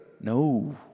No